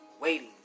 waiting